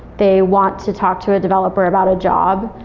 they want to talk to a developer about a job.